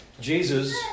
Jesus